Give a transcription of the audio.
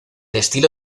estilo